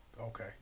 okay